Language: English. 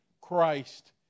Christ